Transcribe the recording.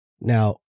Now